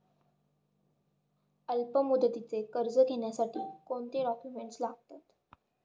अल्पमुदतीचे कर्ज घेण्यासाठी कोणते डॉक्युमेंट्स लागतात?